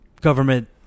government